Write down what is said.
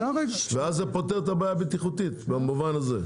ואז זה פותר את הבעיה הבטיחותית במובן הזה.